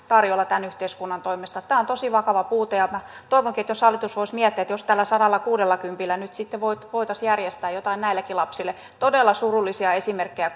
tarjolla tämän yhteiskunnan toimesta tämä on tosi vakava puute ja toivonkin voisiko hallitus miettiä että jos tällä sadallakuudellakympillä nyt sitten voitaisiin järjestää jotain näillekin lapsille todella surullisia esimerkkejä